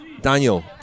Daniel